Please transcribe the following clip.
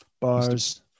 Bars